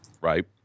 right